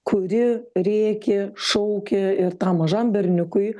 kuri rėkė šaukė ir tam mažam berniukui